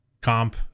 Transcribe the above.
comp